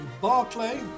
Barclay